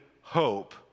hope